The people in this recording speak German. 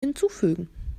hinzufügen